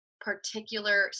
particular